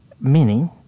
meaning